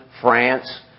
France